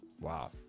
Wow